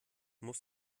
muss